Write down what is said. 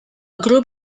group